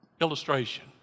Illustration